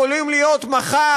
יכולים להיות מחר